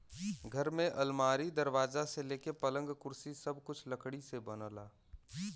घर में अलमारी, दरवाजा से लेके पलंग, कुर्सी सब कुछ लकड़ी से बनला